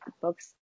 books